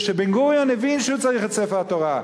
בן-גוריון הבין שהוא צריך את ספר התורה.